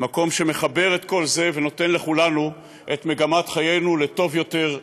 מקום שמחבר את כל זה ונותן לכולנו את מגמת חיינו לטוב יותר,